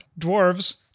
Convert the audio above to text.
dwarves